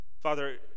Father